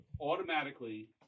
Automatically